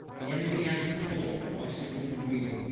the enemy as before, by signal from weazle.